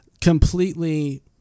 completely